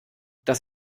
das